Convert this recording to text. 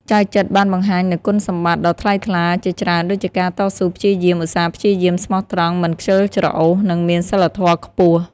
ចៅចិត្របានបង្ហាញនូវគុណសម្បត្តិដ៏ថ្លៃថ្លាជាច្រើនដូចជាការតស៊ូព្យាយាម ឧស្សាហ៍ព្យាយាម ស្មោះត្រង់ មិនខ្ជិលច្រអូស និងមានសីលធម៌ខ្ពស់។